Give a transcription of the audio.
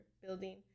building